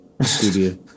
Studio